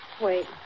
Wait